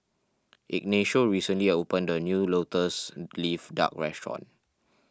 Ignacio recently opened a new Lotus Leaf Duck restaurant